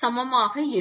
சமமாக இருக்கும்